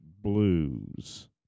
blues